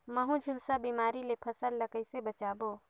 महू, झुलसा बिमारी ले फसल ल कइसे बचाबो?